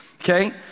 okay